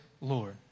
Lord